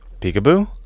peekaboo